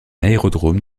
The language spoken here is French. aérodrome